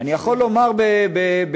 אני יכול לומר בשמחה,